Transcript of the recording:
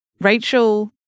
Rachel